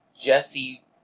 Jesse